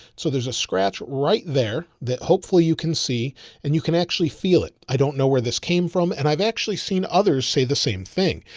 so there's a scratch right there that hopefully you can see and you can actually feel it. i don't know where this came from and i've actually seen others say the same thing.